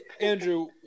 Andrew